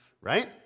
right